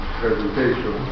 presentation